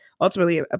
ultimately